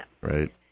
Right